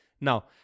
Now